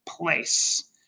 place